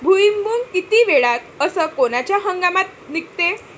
भुईमुंग किती वेळात अस कोनच्या हंगामात निगते?